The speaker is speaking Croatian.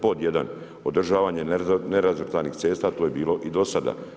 Pod jedan, održavanje nerazvrstanih cesta, to je bilo i do sada.